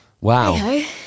Wow